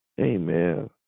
Amen